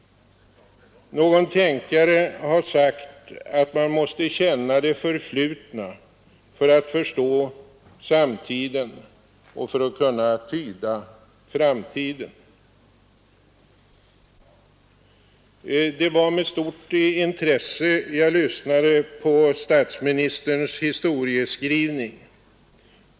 Någon tänkare har sagt att man måste känna det förflutna för att förstå samtiden och för att kunna tyda framtiden. Det var med stort intresse jag lyssnade på statsministerns historieskrivning.